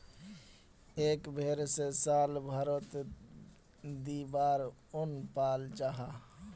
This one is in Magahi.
एक भेर से साल भारोत दी बार उन पाल जाहा